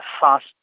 fast